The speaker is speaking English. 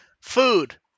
food